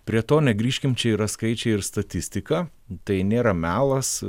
prie to negrįžkim čia yra skaičiai ir statistika tai nėra melas